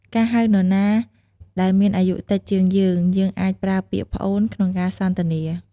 ការហៅនរណាដែលមានអាយុតិចជាងយើង យើងអាចប្រើពាក្យ "ប្អូន" ក្នុងការសន្ទនា។